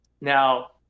Now